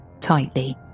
tightly